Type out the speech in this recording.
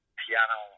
piano